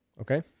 Okay